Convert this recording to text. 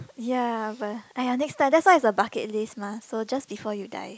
ya but !aiya! next time that's why it's a bucket list mah so just before you die